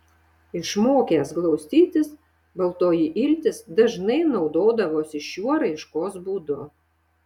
išmokęs glaustytis baltoji iltis dažnai naudodavosi šiuo raiškos būdu